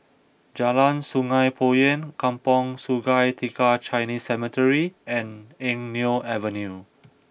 Jalan Sungei Poyan Kampong Sungai Tiga Chinese Cemetery and Eng Neo Avenue